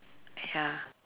ya